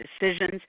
decisions